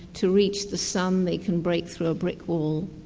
to reach the sun they can break through a brick wall,